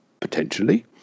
potentially